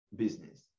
business